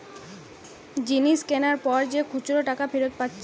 জিনিস কিনার পর যে খুচরা টাকা ফিরত পাচ্ছে